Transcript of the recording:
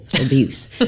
abuse